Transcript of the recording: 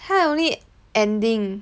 他 only ending